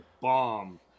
bomb